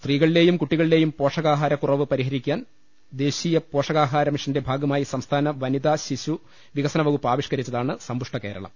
സ്ത്രീകളിലെയും കൂട്ടികളിലെയും പോഷകക്കുറവ് പരിഹരിക്കാൻ ദേശീയ പോഷകാഹാരമിഷന്റെ ഭാഗമായി സംസ്ഥാന് വനിതാ ശിശു വികസന വകുപ്പ് ആവിഷ്കരിച്ചതാണ് സമ്പുഷ്ട കേരളം